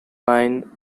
line